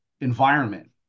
environment